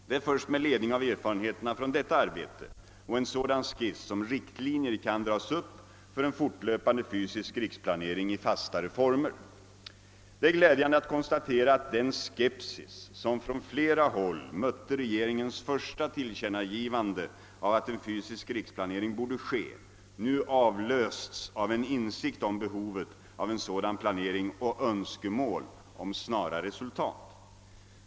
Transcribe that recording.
Det är först med ledning av erfarenheterna från detta arbete och en sådan skiss, som riktlinjer kan dras upp för en fortlöpande fysisk riksplanering i fastare former. Det är glädjande att konstatera att den skepsis, som från flera håll mötte regeringens första tillkännagivande av att en fysisk riksplanering borde ske, nu avlösts av en insikt om behovet av en sådan planering och önskemål om snara resultat.